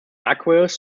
aqueous